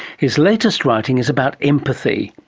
his latest writing is about empathy,